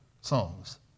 songs